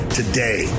today